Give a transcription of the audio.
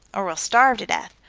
or will starve to death,